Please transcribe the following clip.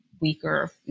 weaker